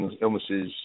illnesses